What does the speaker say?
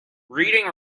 reading